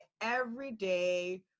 everyday